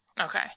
Okay